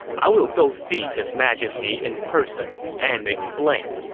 i will go see his majesty in person and explain.